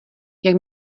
jak